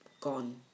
gone